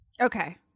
Okay